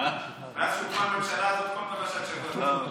מאז שהוקמה הממשלה הזו כל דבר, לא.